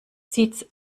zieht